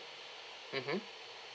mmhmm